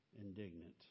indignant